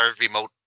remote